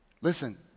Listen